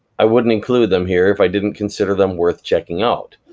i wouldn't include them here if i didn't consider them worth checking out,